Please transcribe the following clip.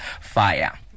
fire